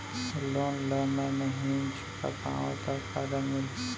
Loan ला मैं नही चुका पाहव त का दण्ड मिलही?